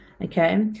okay